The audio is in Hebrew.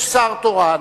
יש שר תורן,